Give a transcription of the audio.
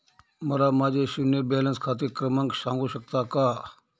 मला माझे शून्य बॅलन्स खाते क्रमांक सांगू शकता का?